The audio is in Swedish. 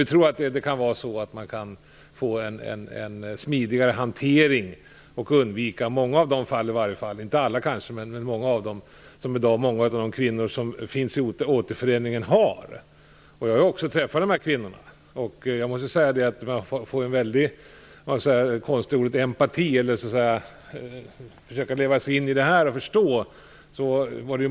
Vi tror att det går att få en smidigare hantering och att undvika många av de situationer - kanske inte alla - som flera av kvinnorna i Återföreningen har hamnat i. Jag har träffat dessa kvinnor. Jag måste säga att man känner en väldig empati - om jag skall använda det konstiga ordet. Man försöker leva sig in i deras situation och förstå dem.